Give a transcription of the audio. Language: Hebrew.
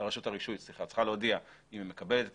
הרישוי צריכה להודיע אם היא מקבלת את